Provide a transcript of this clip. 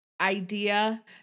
idea